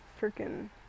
freaking